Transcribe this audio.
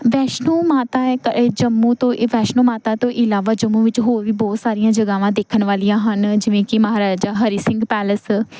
ਵੈਸ਼ਨੋ ਮਾਤਾ ਜੰਮੂ ਤੋਂ ਇਹ ਵੈਸ਼ਨੋ ਮਾਤਾ ਤੋਂ ਇਲਾਵਾ ਜੰਮੂ ਵਿੱਚ ਹੋਰ ਵੀ ਬਹੁਤ ਸਾਰੀਆਂ ਜਗ੍ਹਾਵਾਂ ਦੇਖਣ ਵਾਲੀਆਂ ਹਨ ਜਿਵੇਂ ਕਿ ਮਹਾਰਾਜਾ ਹਰੀ ਸਿੰਘ ਪੈਲਸ